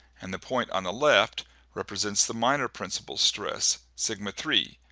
and the point on the left represents the minor principle stress, sigma three.